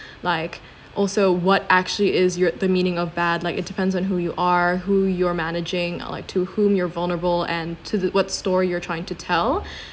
like also what actually is your the meaning of bad like it depends on who you are who you're managing or like to whom you're vulnerable and to the what story you're trying to tell